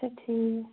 اچھا ٹھیٖک